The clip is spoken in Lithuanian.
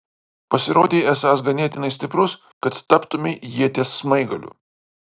pasirodei esąs ganėtinai stiprus kad taptumei ieties smaigaliu